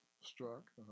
struck